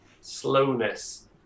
slowness